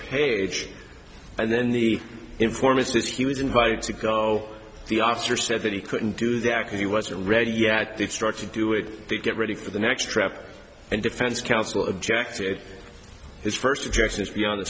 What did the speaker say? page and then the informant says he was invited to go the officer said that he couldn't do that because he wasn't ready yet did start to do it to get ready for the next trip and defense counsel objected his first objection is beyond the